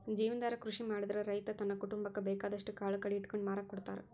ಜೇವನಾಧಾರ ಕೃಷಿ ಮಾಡಿದ್ರ ರೈತ ತನ್ನ ಕುಟುಂಬಕ್ಕ ಬೇಕಾದಷ್ಟ್ ಕಾಳು ಕಡಿ ಇಟ್ಕೊಂಡು ಮಾರಾಕ ಕೊಡ್ತಾರ